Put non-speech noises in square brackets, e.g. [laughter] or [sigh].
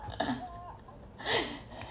[laughs]